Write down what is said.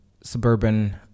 suburban